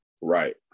Right